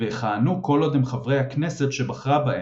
ויכהנו כל עוד הם חברי הכנסת שבחרה בהם,